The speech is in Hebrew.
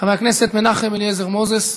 חבר הכנסת מנחם אליעזר מוזס.